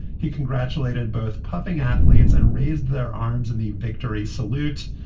he congratulated both puffing athletes and raised their arms in the victory salute.